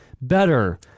better